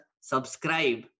subscribe